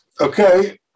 Okay